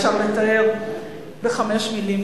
אפשר לתאר בחמש מלים,